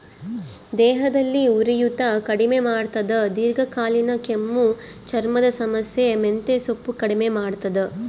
ದೇಹದಲ್ಲಿ ಉರಿಯೂತ ಕಡಿಮೆ ಮಾಡ್ತಾದ ದೀರ್ಘಕಾಲೀನ ಕೆಮ್ಮು ಚರ್ಮದ ಸಮಸ್ಯೆ ಮೆಂತೆಸೊಪ್ಪು ಕಡಿಮೆ ಮಾಡ್ತಾದ